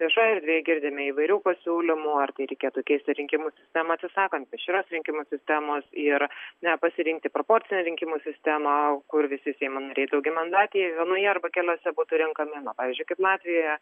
viešojoj erdvėj girdime įvairių pasiūlymų ar tai reikėtų keisti rinkimų sistemą atsisakant išvis rinkimų sistemos ir na pasirinkti proporcinę rinkimų sistemą kur visi seimo nariai daugiamandatėje vienoje arba keliose būtų renkami na pavyzdžiui kaip latvijoje